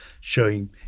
showing